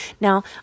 Now